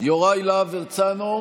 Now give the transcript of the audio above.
יוראי להב הרצנו,